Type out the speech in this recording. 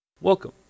Welcome